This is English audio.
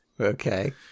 Okay